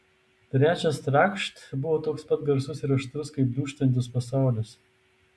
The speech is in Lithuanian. trečias trakšt buvo toks pat garsus ir aštrus kaip dūžtantis pasaulis